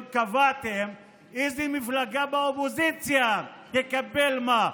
קבעתם איזו מפלגה באופוזיציה תקבל מה.